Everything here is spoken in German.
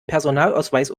personalausweis